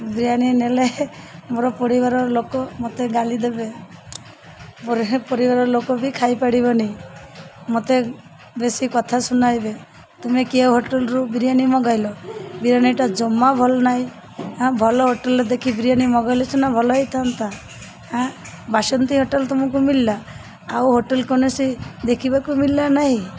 ବିରିୟାନୀ ନେଲେ ମୋର ପରିବାର ଲୋକ ମୋତେ ଗାଳି ଦେବେ ମୋ ପରିବାରର ଲୋକ ବି ଖାଇପାରିବେନି ମୋତେ ବେଶୀ କଥା ଶୁଣାଇବେ ତୁମେ କେଉଁ ହୋଟେଲରୁ ବିରିୟାନୀ ମଗାଇଲ ବିରିୟାନୀଟା ଜମା ଭଲ ନାହିଁ ହଁ ଭଲ ହୋଟେଲରେ ଦେଖି ବିରିୟାନୀ ମଗେଇଲେ ସିନା ଭଲ ହେଇଥାନ୍ତା ହାଁ ବାସନ୍ତୀ ହୋଟେଲ ତୁମକୁ ମଳିଲା ଆଉ ହୋଟେଲ କୌଣସି ଦେଖିବାକୁ ମଳିଲା ନାହିଁ